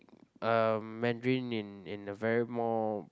um Mandarin in in a very more